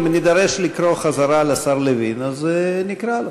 אם נידרש לקרוא חזרה לשר לוין, אז נקרא לו.